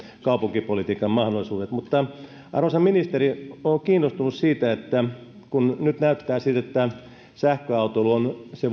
kaupunkipolitiikan mahdollisuudet mutta arvoisa ministeri olen kiinnostunut siitä että kun nyt näyttää siltä että sähköautoilu on se